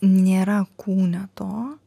nėra kūne to